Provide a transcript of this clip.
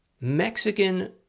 Mexican